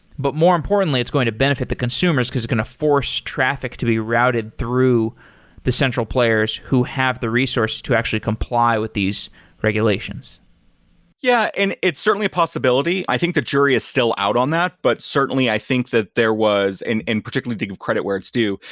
but more importantly, it's going to benefit the consumers because they're going to force traffic to be routed through the central players who have the resources to actually comply with these regulations yeah, and it's certainly a possibility. i think the jury is still out on that. but certainly i think that there was and particularly, to give credit where it's due,